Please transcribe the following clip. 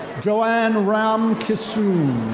joanne ramkissoon.